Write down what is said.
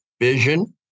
Vision